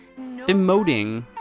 emoting